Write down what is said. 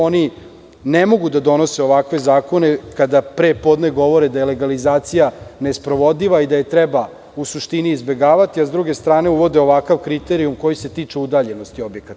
Oni ne mogu da donose ovakve zakone kada prepodne govore da je legalizacija nesprovodiva i da je treba u suštini izbegavati, a sa druge strane uvode ovakav kriterijum koji se tiče udaljenosti objekata.